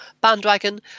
bandwagon